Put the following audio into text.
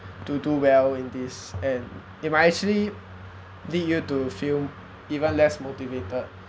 to do well in this and it might actually lead you to feel even less motivated